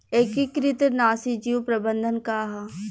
एकीकृत नाशी जीव प्रबंधन का ह?